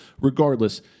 regardless